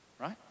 right